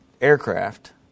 aircraft